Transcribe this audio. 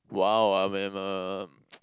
!wow! I am a